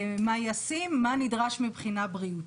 מה ישים, מה נדרש מבחינה בריאותית.